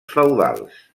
feudals